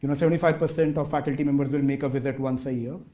and seventy five percent of faculty members will make a visit once a year,